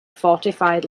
fortified